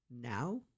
now